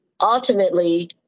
ultimately